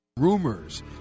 Rumors